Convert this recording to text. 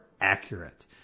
accurate